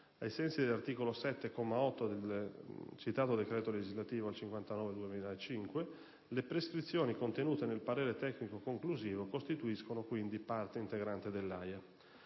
Ai sensi dell'articolo 7, comma 8, del citato decreto legislativo n. 59 del 2005, le prescrizioni contenute nel parere tecnico conclusivo costituiscono quindi parte integrante dell'AIA.